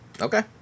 Okay